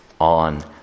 on